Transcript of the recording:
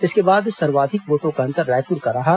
इसके बाद सर्वाधिक वोटों का अंतर रायपुर का रहा